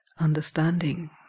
understanding